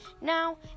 now